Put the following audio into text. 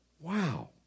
Wow